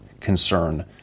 concern